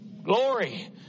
Glory